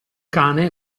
cane